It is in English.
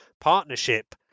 partnership